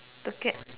the cat